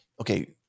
okay